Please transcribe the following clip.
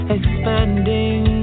Expanding